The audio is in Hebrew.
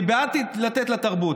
אני בעד לתת לתרבות.